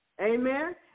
Amen